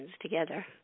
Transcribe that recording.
together